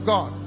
God